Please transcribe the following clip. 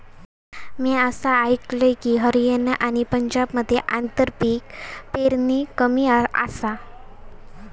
म्या असा आयकलंय की, हरियाणा आणि पंजाबमध्ये आंतरपीक पेरणी कमी आसा